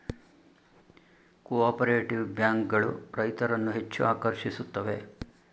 cooperative bank ಗಳು ರೈತರನ್ನು ಹೆಚ್ಚು ಆಕರ್ಷಿಸುತ್ತವೆ